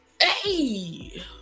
Hey